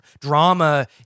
drama